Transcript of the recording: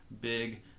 Big